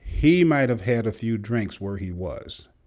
he might have had a few drinks where he was.